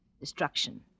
Destruction